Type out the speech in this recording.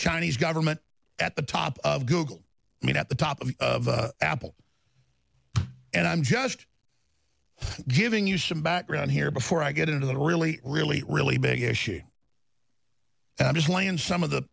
chinese government at the top of google i mean at the top of apple and i'm just giving you some background here before i get into the really really really big issue is playing some of the